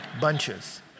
Bunches